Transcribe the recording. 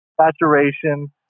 saturation